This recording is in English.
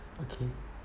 okay